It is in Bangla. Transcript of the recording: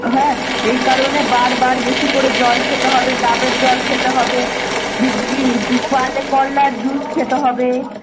হ্যাঁ এই কারণে বারবার বেশি করে জল খেতে হবে ডাবের জল খেতে হবে পারলে করলার জুস খেতে হবে